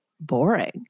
boring